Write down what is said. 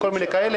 וכן הלאה,